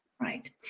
Right